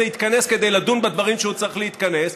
יתכנס כדי לדון בדברים שהוא צריך להתכנס,